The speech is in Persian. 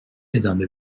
ادامه